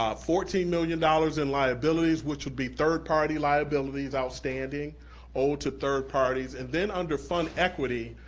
um fourteen million dollars in liabilities, which would be third-party liabilities outstanding owed to third-parties. and then under fund equity,